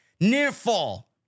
Near-fall